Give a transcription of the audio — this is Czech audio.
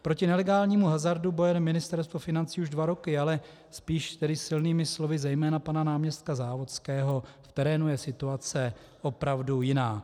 Proti nelegálnímu hazardu bojuje Ministerstvo financí už dva roky, ale spíš tedy silnými slovy zejména pana náměstka Závodského, v terénu je situace opravdu jiná.